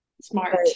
smart